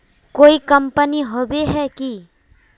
कोई कंपनी होबे है की?